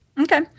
Okay